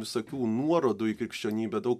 visokių nuorodų į krikščionybę daug